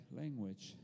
language